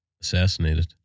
Assassinated